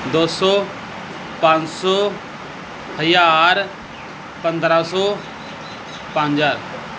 ਦੋ ਸੌ ਪੰਜ ਸੌ ਹਜ਼ਾਰ ਪੰਦਰਾਂ ਸੌ ਪੰਜ ਹਜ਼ਾਰ